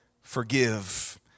forgive